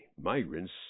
migrants